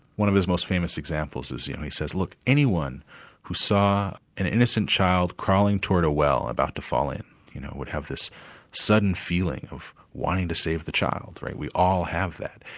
one of his most famous examples is yeah he said, look, anyone who saw an innocent child crawling toward a well about to fall in you know would have this sudden feeling of wanting to save the child, we all have that,